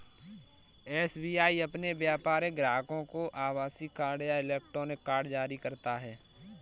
SBI अपने व्यापारिक ग्राहकों को आभासीय कार्ड या इलेक्ट्रॉनिक कार्ड जारी करता है